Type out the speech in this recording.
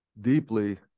deeply